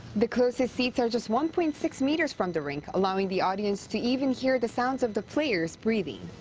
the closest seats are just one point six meters from the rink, allowing the audience to even hear the sound of the players breathing.